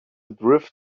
drift